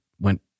went